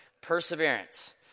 perseverance